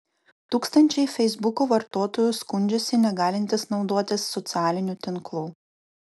tūkstančiai feisbuko vartotojų skundžiasi negalintys naudotis socialiniu tinklu